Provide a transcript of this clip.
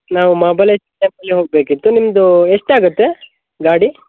ನಾವು ಮಹಾಬಲೇಶ್ವರ ಟೆಂಪಲ್ಲಿಗೆ ಹೋಗಬೇಕಿತ್ತು ನಿಮ್ಮದು ಎಷ್ಟು ಆಗುತ್ತೆ ಗಾಡಿ